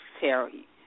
Terry